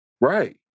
Right